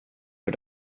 för